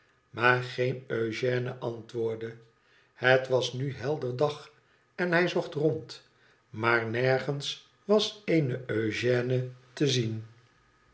maar geen eugène antwoordde het was nu helder dag en hij zocht rond maar nergens was een eugène te zien